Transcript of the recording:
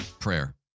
Prayer